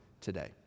today